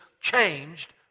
changed